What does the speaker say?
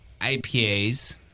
IPAs